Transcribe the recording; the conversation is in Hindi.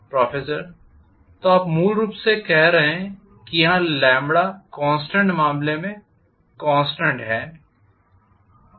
प्रोफेसर तो आप मूल रूप से कह रहे हैं कि यहां कॉन्स्टेंट मामले कॉन्स्टेंट है